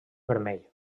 vermell